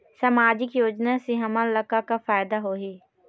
सामाजिक योजना से हमन ला का का फायदा होही?